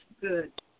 good